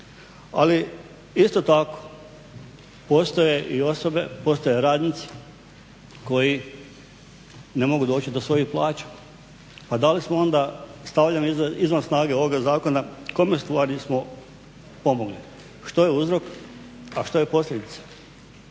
Ali isto tako postoje i osobe, postoje radnici koji ne mogu doći do svojih plaća. Pa da li smo onda stavljeni izvan snage ovoga zakona, kome ustvari smo pomogli, što je uzrok, a što je posljedica.